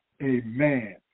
amen